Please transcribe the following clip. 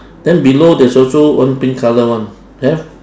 then below there's also one pink colour one have